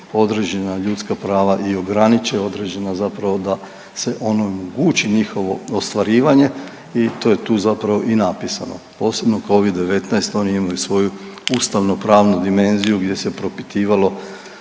određena ljudska prava i ograniče određena zapravo da se ono i omogući njihovo ostvarivanje i to je tu zapravo i napisano, posebno covid-19, oni imaju svoju ustavnopravnu dimenziju gdje se propitivalo